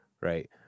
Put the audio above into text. right